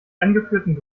angeführten